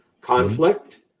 conflict